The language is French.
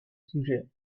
sujet